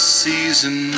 season